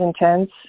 intense